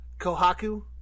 Kohaku